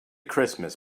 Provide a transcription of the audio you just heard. christmas